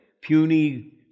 puny